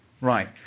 Right